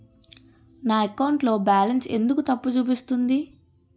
నా అకౌంట్ లో బాలన్స్ ఎందుకు తప్పు చూపిస్తుంది?